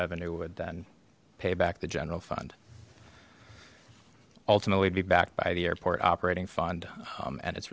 revenue would then pay back the general fund ultimately be backed by the airport operating fund and it